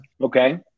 Okay